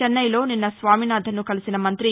చెన్నైలోనిన్న స్వామినాధన్ ను కలిసిన మంత్రి